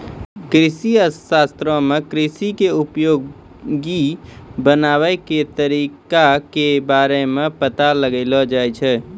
कृषि अर्थशास्त्रो मे कृषि के उपयोगी बनाबै के तरिका के बारे मे पता लगैलो जाय छै